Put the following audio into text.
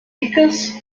dickes